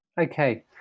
Okay